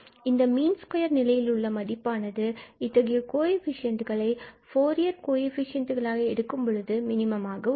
இந்த mean square நிலையிலுள்ள மதிப்பானது இத்தகைய கோஎஃபிசியண்டுகளை ஃபூரியர் கோஎஃபிசியண்டுகளாக தேர்ந்தெடுக்கும் பொழுது மினிமம் ஆக உள்ளது